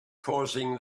causing